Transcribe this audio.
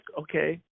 okay